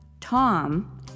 Tom